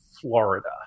Florida